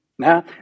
Now